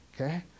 Okay